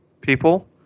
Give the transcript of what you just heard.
people